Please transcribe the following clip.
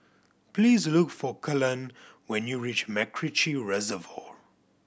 please look for Kelan when you reach MacRitchie Reservoir